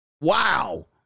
Wow